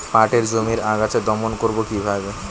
পাটের জমির আগাছা দমন করবো কিভাবে?